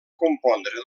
compondre